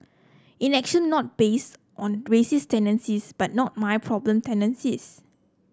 inaction not based on racist tendencies but 'not my problem' tendencies